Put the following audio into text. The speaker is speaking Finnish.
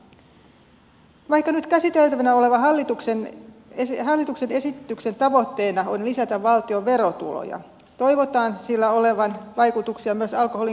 vaikka nyt käsiteltävänä olevan hallituksen esityksen tavoitteena on lisätä valtion verotuloja toivotaan sillä olevan vaikutuksia myös alkoholin kokonaiskulutukseen